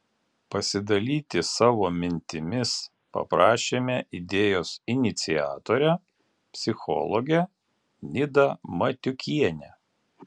pasidalyti savo mintimis paprašėme idėjos iniciatorę psichologę nidą matiukienę